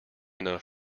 enough